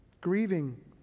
grieving